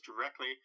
directly